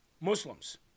Muslims